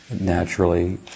naturally